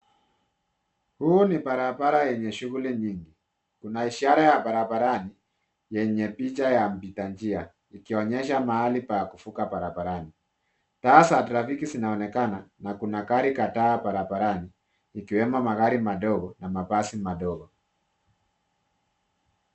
Huu ni barabara yenye shughuli nyingi. Kuna ishara ya barabarani yenye picha ya mpita njia ikionyesha mahali pa kuvuka barabarani. Taa za trafiki zinaonekana na kuna gari kadhaa barabarani ikiwemo magari madogo na mabasi madogo.